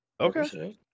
Okay